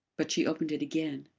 but she opened it again.